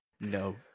no